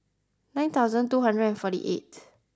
nine thousand two hundred and forty eighth